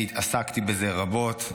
אני עסקתי בזה רבות,